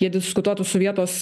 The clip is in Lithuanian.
jie diskutuotų su vietos